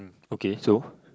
okay so